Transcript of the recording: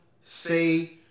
say